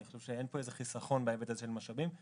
אני חושב שאין כאן איזה חיסכון של משאבים בהיבט הזה.